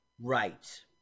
Right